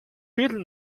viertel